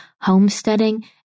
homesteading